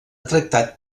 tractat